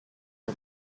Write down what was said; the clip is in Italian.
una